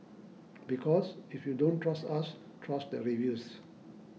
because if you don't trust us trust the reviews